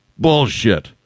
bullshit